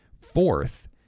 fourth